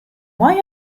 why